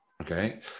Okay